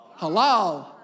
Halal